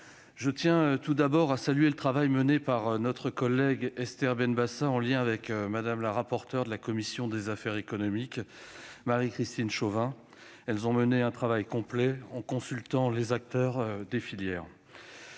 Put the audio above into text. je tiens à saluer le travail mené par notre collègue Esther Benbassa, en lien avec Mme la rapporteure de la commission des affaires économiques, Marie-Christine Chauvin. Elles ont réalisé un travail complet, en consultant les acteurs des filières.